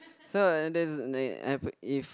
so that's like happen if